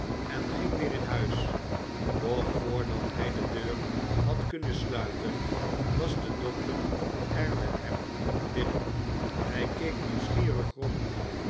en ging weer in huis doch voordat hij de deur had kunnen sluiten was de dokter er met hem binnen hij keek nieuwsgierig rond